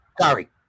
Sorry